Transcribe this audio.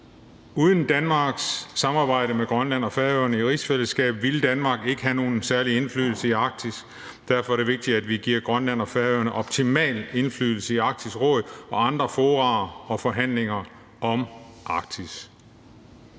Uden Danmarks samarbejde med Grønland og Færøerne i rigsfællesskabet ville Danmark ikke have nogen særlig indflydelse i Arktis. Derfor er det vigtigt, at vi giver Grønland og Færøerne optimal indflydelse i Arktisk Råd og i andre fora og forhandlinger om Arktis.